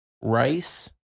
Rice